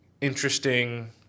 interesting